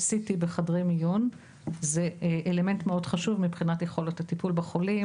זה ש-CT בחדרי מיון זה אלמנט מאוד חשוב מבחינת יכולת הטיפול בחולים,